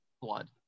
blood